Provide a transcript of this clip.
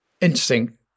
Interesting